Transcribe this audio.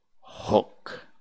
Hook